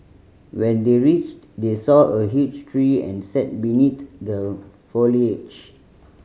when they reached they saw a huge tree and sat beneath the foliage